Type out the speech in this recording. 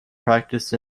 practiced